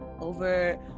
over